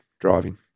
driving